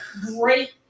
great